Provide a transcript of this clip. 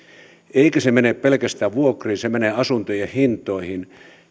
eikä se mene pelkästään vuokriin se menee asuntojen hintoihin